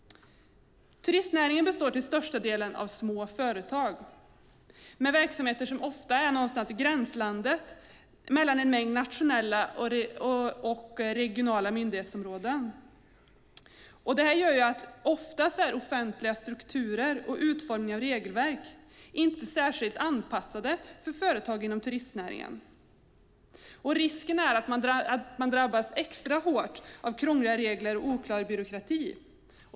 Turistnäringen består till största del av små företag med verksamheter som ofta är i gränslandet mellan en mängd nationella och regionala myndighetsområden. Detta innebär att offentliga strukturer och utformningen av regelverk ofta inte är särskilt anpassade till företag inom turistnäringen. Risken är att man drabbas extra hårt av krångliga regler och oklar byråkrati.